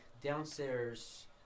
downstairs